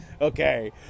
Okay